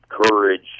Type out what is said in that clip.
courage